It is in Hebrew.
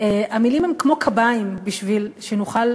המילים הן כמו קביים בשביל שנוכל